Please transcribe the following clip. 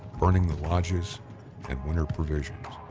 burning the lodges and winter provisions.